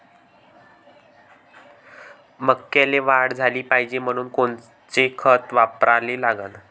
मक्याले वाढ झाली पाहिजे म्हनून कोनचे खतं वापराले लागन?